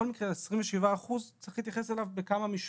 בכל מקרה צריך להתייחס ל-27 האחוזים בכמה מישורים.